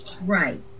Right